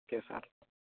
okay sir